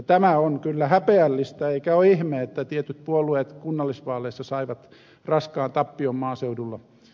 tämä on kyllä häpeällistä eikä ole ihme että tietyt puolueet kunnallisvaaleissa kokivat raskaan tappion maaseudulla